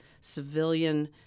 civilian